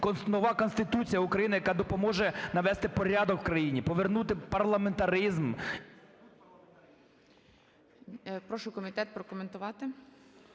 нова Конституція України, яка допоможе навести порядок в країні, повернути парламентаризм. ГОЛОВУЮЧИЙ. Прошу комітет прокоментувати.